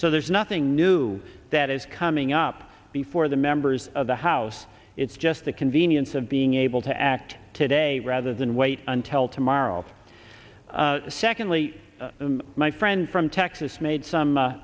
so there's nothing new that is coming up before the members of the house it's just the convenience of being able to act today rather than wait until tomorrow secondly my friend from texas made some